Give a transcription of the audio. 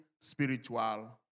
spiritual